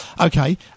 Okay